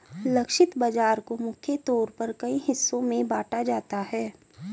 लक्षित बाजार को मुख्य तौर पर कई हिस्सों में बांटा जाता है